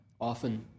often